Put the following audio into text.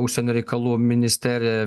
užsienio reikalų ministerija